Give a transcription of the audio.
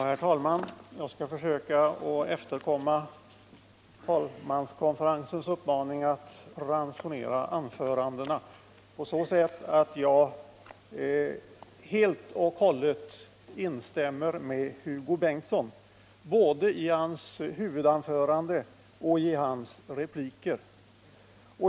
Herr talman! Jag skall försöka efterkomma talmanskonferensens uppmaning att ransonera anförandena på så sätt att jag helt och hållet instämmer med Hugo Bengtsson i både hans huvudanförande och hans repliker.